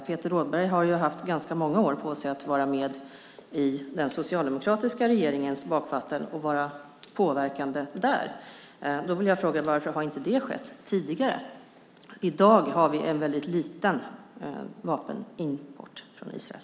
Peter Rådberg har haft ganska många år på sig i den socialdemokratiska regeringens bakvatten och kunnat påverka där. Då vill jag fråga: Varför har inte det skett tidigare? I dag har vi en väldigt liten vapenimport från Israel.